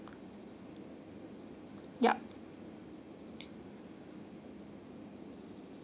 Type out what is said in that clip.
yup